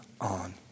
on